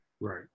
right